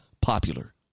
popular